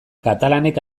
katalanek